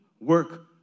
Work